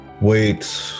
wait